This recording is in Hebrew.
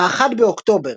ב־1 באוקטובר